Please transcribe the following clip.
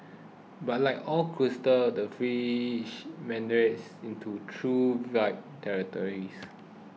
but like all crusades the fringes meandered into true vile territories